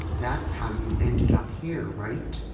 that's how you ended up here, right?